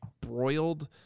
broiled